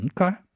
okay